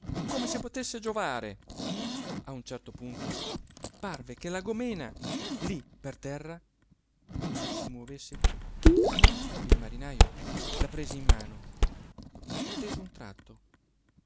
come se potesse giovare a un certo punto parve che la gòmena lí per terra non si movesse piú il marinajo la prese in mano attese un tratto